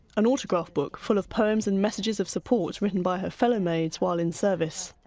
an autograph book full of poems and messages of support written by her fellow maids while in service.